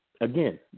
again